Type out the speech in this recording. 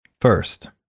first